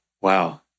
Wow